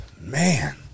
Man